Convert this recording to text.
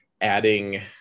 adding